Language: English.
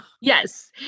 Yes